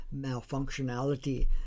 malfunctionality